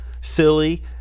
silly